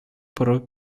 порой